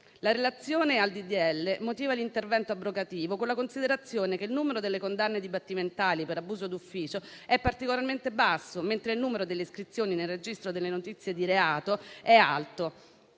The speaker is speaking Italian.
La relazione al disegno di legge motiva l'intervento abrogativo con la considerazione che il numero delle condanne dibattimentali per abuso d'ufficio è particolarmente basso, mentre il numero delle iscrizioni nel registro delle notizie di reato è alto,